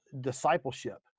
discipleship